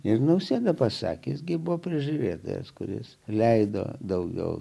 ir nausėda pasakęs gibo prižiūrėtojas kuris leido daugiau